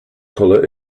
color